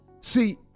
See